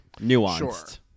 nuanced